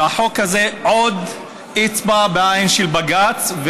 והחוק הזה הוא עוד אצבע בעין של בג"ץ.